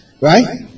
Right